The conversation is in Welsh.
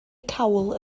cawl